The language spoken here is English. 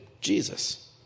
Jesus